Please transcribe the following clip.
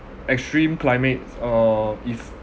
extreme climate uh if